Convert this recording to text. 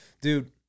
Dude